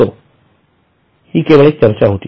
असो हि केवळ एक चर्चा होती